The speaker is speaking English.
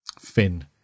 fin